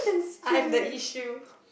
I am the issue